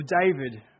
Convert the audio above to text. David